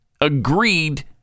agreed